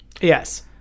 Yes